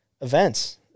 events